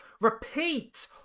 ...repeat